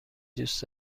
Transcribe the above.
دوست